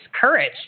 courage